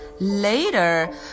Later